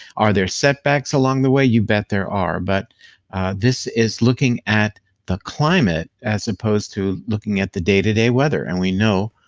are there setbacks along the way? you bet there are, but this is looking at the climate as opposed to looking at the day to day weather, and we know,